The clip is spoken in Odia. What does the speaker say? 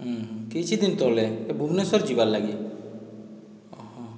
ଉଁ ହୁଁ କିଛି ଦିନ ତଳେ ଏ ଭୁବନେଶ୍ୱର ଯିବାର ଲାଗି ଅହ